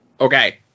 Okay